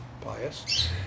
pious